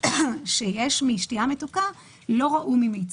שיש משתייה מתוקה לא ראו ממיץ,